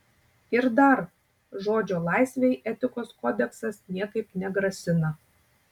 ir dar žodžio laisvei etikos kodeksas niekaip negrasina